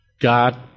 God